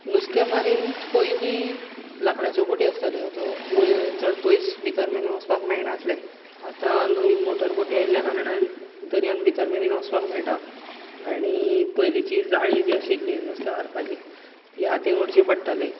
नुस्तेमारींत पयलीं लांकडाच्यो बोटी आसताल्यो त्यो पूण चड पयस भितर बी वचपाक मेळनाशिल्लें आतां नवीन मोटर बॉटी आयिल्या कारणान दर्यांत भितर मेरेन वचपाक मेळटा आनी पयलींची जाळी जी आशिल्ली नुस्तें मारपाची ती हातान ओडची पडटाली